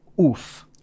Oof